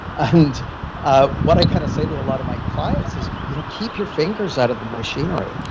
and ah what i kind of say to a lot of my client is you know keep your fingers out of the machinery.